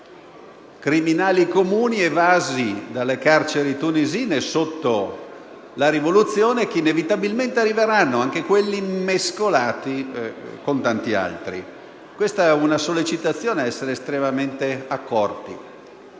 criminali comuni evasi dalle carceri tunisine sotto la rivoluzione, che inevitabilmente arriveranno mescolati tra tanti altri. Questa è una sollecitazione ad essere estremamente accorti.